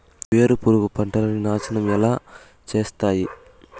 వేరుపురుగు పంటలని నాశనం ఎలా చేస్తాయి?